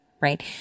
right